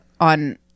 on